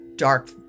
dark